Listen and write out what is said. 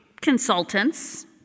Consultants